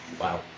Wow